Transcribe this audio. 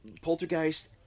Poltergeist